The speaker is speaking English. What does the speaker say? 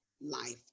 life